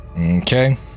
Okay